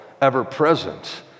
ever-present